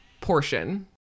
portion